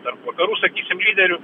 tarp vakarų sakysim lyderių